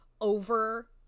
over